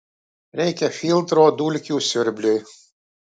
reikia filtro dulkių siurbliui